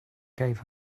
gave